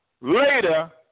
later